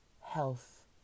health